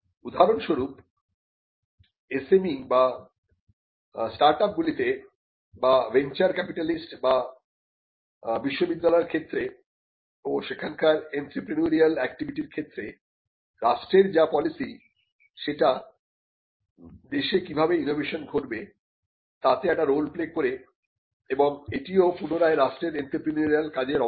উদাহরণস্বরূপ SME বা স্টার্ট আপগুলিতে বা ভেঞ্চার ক্যাপিটালিস্ট বা বিশ্ববিদ্যালয়ের ক্ষেত্রে ও সেখানকার এন্ত্রেপ্রেনিউরিয়াল অ্যাক্টিভিটির ক্ষেত্রে রাষ্ট্রের যা পলিসি সেটা দেশে কিভাবে ইনোভেশন ঘটবে তাতে একটা রোল প্লে করে এবং এটিও পুনরায় রাষ্ট্রের এন্ত্রেপ্রেনিউরিয়াল কাজের অংশ